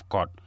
God